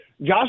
Josh